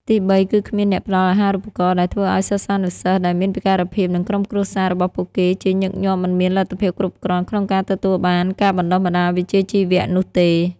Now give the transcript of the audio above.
ទីបី គឺគ្មានអ្នកផ្តល់អាហារូបករណ៍ ដែលធ្វើឲ្យសិស្សានុសិស្សដែលមានពិការភាពនិងក្រុមគ្រួសាររបស់ពួកគេជាញឹកញាប់មិនមានលទ្ធភាពគ្រប់គ្រាន់ក្នុងការទទួលបានការបណ្តុះបណ្តាលវិជ្ជាជីវៈនោះទេ។